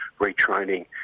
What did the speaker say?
retraining